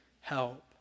help